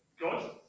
God